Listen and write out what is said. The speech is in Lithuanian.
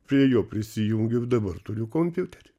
prie jo prisijungiau ir dabar turiu kompiuterį